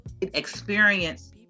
experience